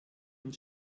und